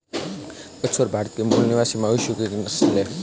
बछौर भारत के मूल निवासी मवेशियों की एक नस्ल है